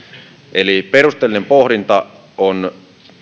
perusteellinen pohdinta on